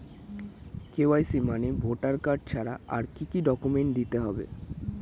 KYC মানে voter card ছাড়া আর কি কি ডকুমেন্ট দিতে হবে?